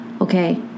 Okay